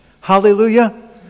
Hallelujah